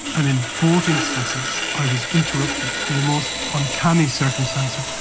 and in both instances i was interrupted in the most uncanny circumstances.